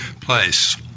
place